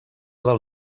del